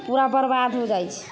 पूरा बर्बाद हो जाइ छै